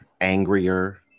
angrier